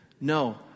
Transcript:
No